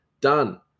done